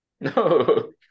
No